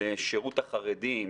לשירות החרדים.